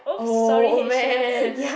oh man